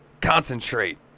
Concentrate